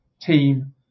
team